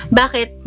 bakit